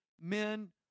men